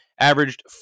Averaged